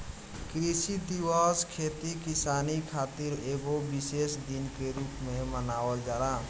कृषि दिवस खेती किसानी खातिर एगो विशेष दिन के रूप में मनावल जाला